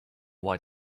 why